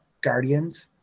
Guardians